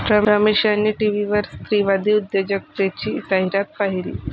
रमेश यांनी टीव्हीवर स्त्रीवादी उद्योजकतेची जाहिरात पाहिली